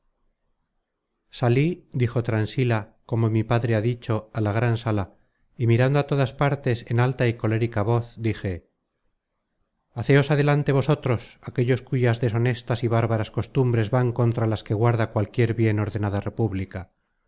sali dijo transila como mi padre ha dicho á la gran sala y mirando á todas partes en alta y colérica voz dije hacéos adelante vosotros aquellos cuyas deshonestas y bárbaras costumbres van contra las que guarda cualquier bien ordenada república